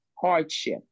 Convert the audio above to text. hardship